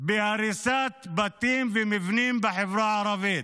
בהריסת בתים ומבנים בחברה הערבית,